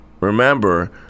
Remember